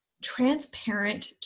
transparent